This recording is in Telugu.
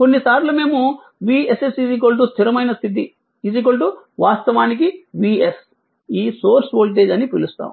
కొన్నిసార్లు మేము Vss స్థిరమైన స్థితి వాస్తవానికి Vs ఈ సోర్స్ వోల్టేజ్ అని పిలుస్తాము